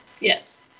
Yes